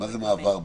מה זה, מעבר ביניהן?